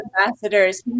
ambassadors